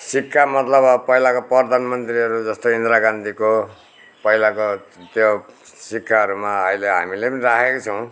सिक्का मतलब अब पहिलाको प्रधान मन्त्रीहरू जस्तै इन्दिरा गान्धीको पहिलाको त्यो सिक्काहरूमा अहिले हामीले पनि राखेका छौँ